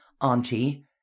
auntie